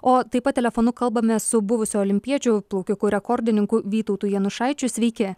o taip pat telefonu kalbame su buvusiu olimpiečiu plaukikų rekordininku vytautu janušaičiu sveiki